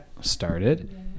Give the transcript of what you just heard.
started